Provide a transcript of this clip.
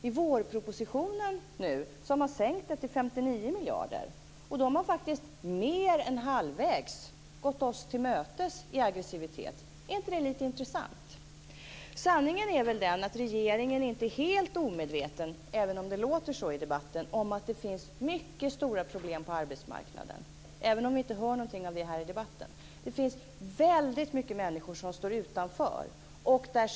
I vårpropositionen har det sänkts till 59 miljarder. Därmed har man faktiskt mer än halvvägs gått oss till mötes i aggressivitet. Är inte det lite intressant? Sanningen är väl att regeringen inte är helt omedveten, även om det låter så i debatten, om att det finns mycket stora problem på arbetsmarknaden, även om vi inte hör någonting om det i denna debatt. Väldigt många människor står utanför.